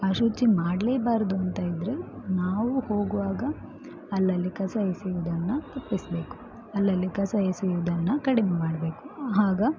ಅಶುಚಿ ಮಾಡಲೇಬಾರದು ಅಂತ ಇದ್ದರೆ ನಾವು ಹೋಗುವಾಗ ಅಲ್ಲಲ್ಲಿ ಕಸ ಎಸೆಯುವುದನ್ನು ತಪ್ಪಿಸಬೇಕು ಅಲ್ಲಲ್ಲಿ ಕಸ ಎಸೆಯುವುದನ್ನು ಕಡಿಮೆ ಮಾಡಬೇಕು ಆಗ